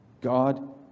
God